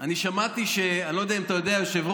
אני שמעתי, אני לא יודע אם אתה יודע, היושב-ראש,